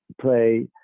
play